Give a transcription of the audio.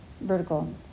vertical